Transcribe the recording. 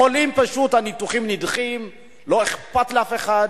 החולים, הניתוחים נדחים, לא אכפת לאף אחד.